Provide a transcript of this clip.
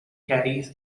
carries